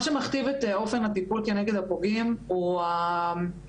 מה שמכתיב את אופן הטיפול כנגד הפוגעים הוא קודם